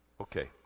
Okay